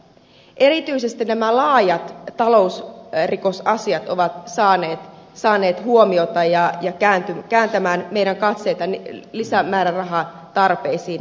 erityisesti laajat talousrikosasiat ovat saaneet huomiota ja kääntäneet meidän katseitamme lisämäärärahatarpeisiin tämänkin osalta